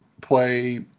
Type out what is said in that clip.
play